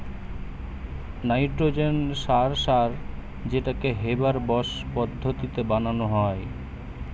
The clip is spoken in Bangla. নাইট্রজেন সার সার যেটাকে হেবার বস পদ্ধতিতে বানানা হয়